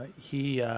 he